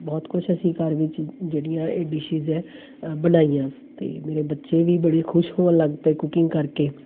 ਬਹੁਤ ਕੁਛ ਅਸੀਂ ਘਰ ਵਿੱਚ ਜਿਹੜੀਆਂ ਇਹ ਡਿਸ਼ਿਜ਼ ਹੈ ਬਣਾਈਆਂ ਅਤੇ ਮੇਰੇ ਬੱਚੇ ਵੀ ਬੜੇ ਖੁਸ਼ ਹੋਣ ਲੱਗ ਪਏ ਕੁਕਿੰਗ ਕਰਕੇ